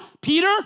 Peter